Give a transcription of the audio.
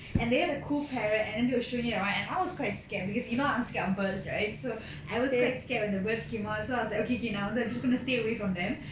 and they had a cool parrot and then they were showing it around and I was quite scared because you know I'm scared of birds right so I was quite scared when the birds came out so I was like okay okay நா வந்து:naa vandhu I'm just going to stay away from them